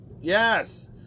Yes